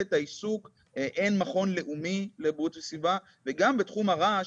משפחתי עברה אתגרים בריאותיים: גם אשתי וגם אמא שלי היו חולות סרטן,